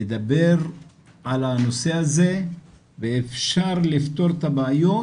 לדבר על הנושא הזה ואפשר לפתור את הבעיות